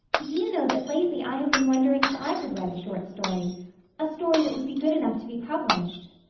do you know that lately i have been wondering if i could write a short story a story that would be good enough to be published?